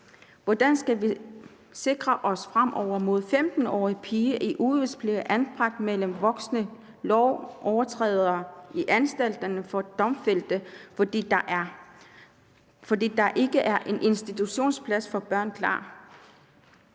Hvordan skal vi sikre os fremover mod, at 15-årige piger i ugevis bliver anbragt mellem voksne lovovertrædere i anstalterne for domfældte, fordi der ikke er en institutionsplads for børn klar?